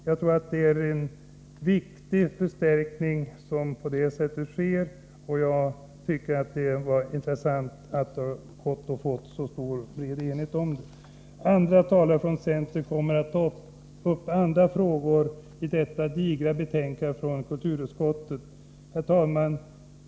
Jag tror att det är en viktig förstärkning till författarna som på det sättet sker, och jag tycker att det var intressant att det gick att få en majoritet om detta förslag. Andra talare från centern kommer att ta upp andra frågor i detta digra betänkande från kulturutskottet. Herr talman!